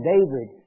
David